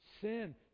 sin